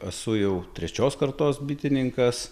esu jau trečios kartos bitininkas